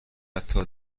حتا